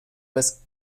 was